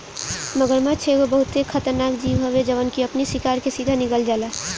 मगरमच्छ एगो बहुते खतरनाक जीव हवे जवन की अपनी शिकार के सीधा निगल जाला